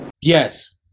Yes